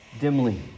dimly